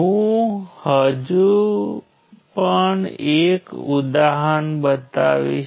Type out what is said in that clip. હું તમને એક બીજું ઉદાહરણ બતાવીશ